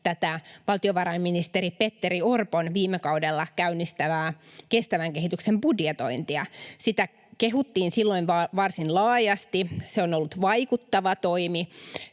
tätä valtiovarainministeri Petteri Orpon viime kaudella käynnistämää kestävän kehityksen budjetointia. Sitä kehuttiin silloin varsin laajasti. Se on ollut vaikuttava toimi,